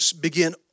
begin